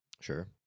sure